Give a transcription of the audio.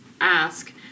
ask